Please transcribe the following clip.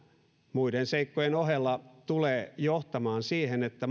muiden seikkojen ohella tulee johtamaan siihen että